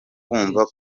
kumva